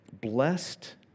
blessed